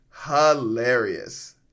hilarious